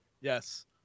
Yes